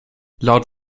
laut